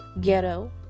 ghetto